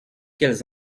quelles